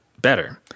better